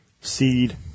seed